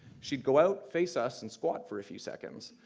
she'd go out, face us, and squat for a few seconds,